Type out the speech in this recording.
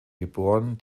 geboren